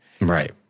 Right